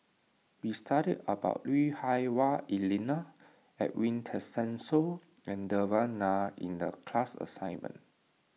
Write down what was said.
we studied about Lui Hah Wah Elena Edwin Tessensohn and Devan Nair in the class assignment